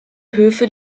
höfe